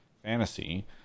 fantasy